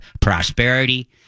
prosperity